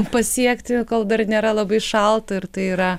pasiekti kol dar nėra labai šalta ir tai yra